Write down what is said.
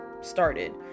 Started